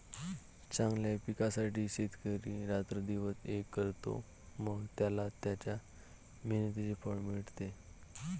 चांगल्या पिकासाठी शेतकरी रात्रंदिवस एक करतो, मग त्याला त्याच्या मेहनतीचे फळ मिळते